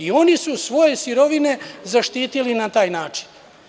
Oni su svoje sirovine zaštitili na taj način.